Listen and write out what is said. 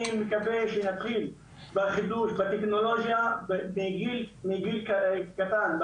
אני מקווה שנתחיל בחינוך הטכנולוגי מגיל קטן,